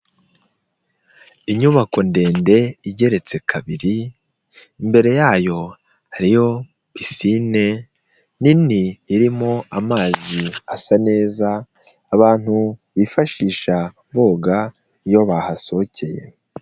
Inyubako ndende igeretse kabiri, imbere yayo hariho pisine nini, irimo amazi asa neza abantu bifashisha boga iyo bahasohokeye.